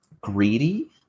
greedy